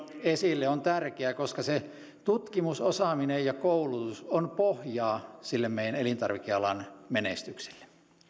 esille on oikeasti tärkeä koska se tutkimus osaaminen ja koulutus on pohjaa sille meidän elintarvikealan menestykselle